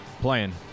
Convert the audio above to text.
Playing